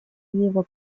его